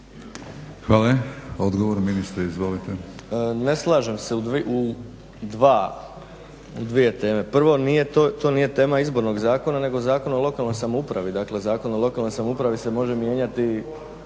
Hvala. Odgovor ministre, izvolite. **Bauk, Arsen (SDP)** Ne slažem se u dvije teme. Prvo to nije tema Izbornog zakona nego Zakona o lokalnoj samoupravi, dakle Zakon o lokalnoj samoupravi se može mijenjati